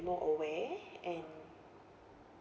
more aware and